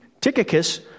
Tychicus